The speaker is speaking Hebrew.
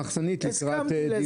--- במחסנית לקראת דיונים, זה הכול.